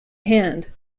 hand